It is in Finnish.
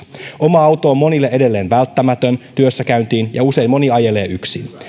oma auto on monille edelleen välttämätön työssäkäyntiin ja usein moni ajelee yksin